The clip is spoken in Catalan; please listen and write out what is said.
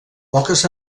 poques